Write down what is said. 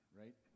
right